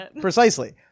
Precisely